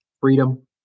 freedom